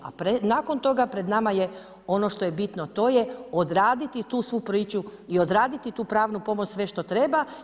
A nakon toga pred nama je ono što je bitno to je odraditi tu svu priču i odraditi tu pravnu pomoć sve što treba.